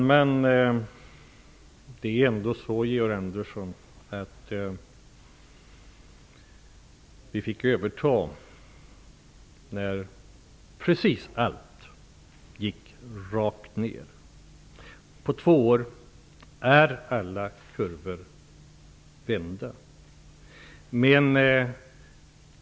Fru talman! Vi fick ändå ta över, Georg Andersson, när precis allt gick rakt ner. På två år har alla kurvor vänt.